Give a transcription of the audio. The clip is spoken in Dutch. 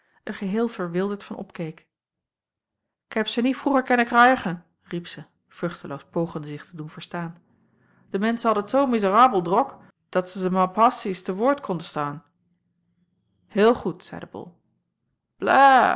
geheel verwilderd van opkeek ik heb ze niet vroeger kennen kraaigen riep zij vruchteloos pogende zich te doen verstaan de menschen hadden t zoo mizerabel drok dat ze me mair passies te woord konnen staan heel goed zeide bol